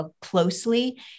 closely